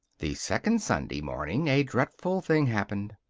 the second sunday morning a dreadful thing happened.